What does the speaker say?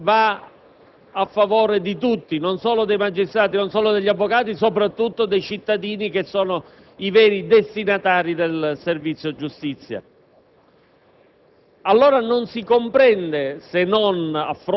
Ho sempre sostenuto che i migliori giudici dei magistrati siano gli avvocati. Non ho assolutamente paura di essere valutato da un consesso forense.